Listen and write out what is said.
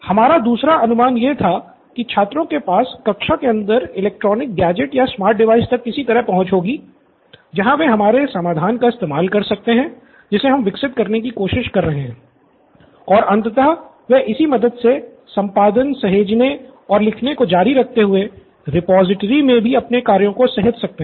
हमारा दूसरा अनुमान यह था की छात्रों के पास कक्षा के अंदर इलेक्ट्रॉनिक गैजेट या स्मार्ट डिवाइस तक किसी तरह की पहुंच होगी जहां वे हमारे इस समाधान का इस्तेमाल कर सकते हैं जिसे हम विकसित करने की कोशिश कर रहे हैं और अंततः वे इसकी मदद से संपादन सहेजने और लिखने को जारी रखते हुए रिपॉजिटरी में भी अपने कार्यों को सहेज सकते हैं